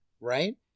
right